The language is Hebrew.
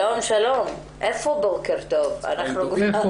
שלום, שלום, זה כבר לא בוקר, אנחנו כבר